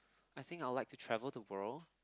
I think I'll like to travel the world